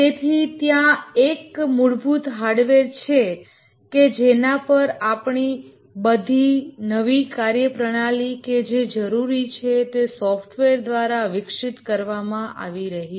તેથી ત્યાં એક મૂળભૂત હાર્ડવેર છે કે જેના પર આપણી બધી નવી ફંકશનાલીટી કે જે જરૂરી છે તે સોફ્ટવેર દ્વારા વિકસિત કરવામાં આવી છે